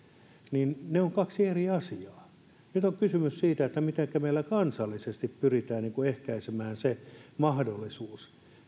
ne ovat kaksi eri asiaa nyt on kysymys siitä mitenkä meillä kansallisesti pyritään ehkäisemään se mahdollisuus